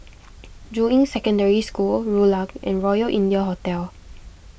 Juying Secondary School Rulang and Royal India Hotel